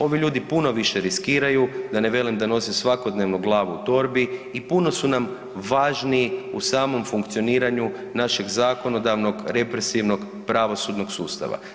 Ovi ljudi puno više riskiraju, da ne velim da nose svakodnevno glavu u torbi i puno su nam važniji u samom funkcioniranju našeg zakonodavnog, represivnog, pravosudnog sustava.